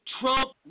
Trump